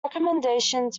recommendations